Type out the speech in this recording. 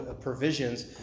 provisions